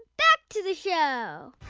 back to the show